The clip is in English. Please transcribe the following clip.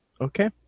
Okay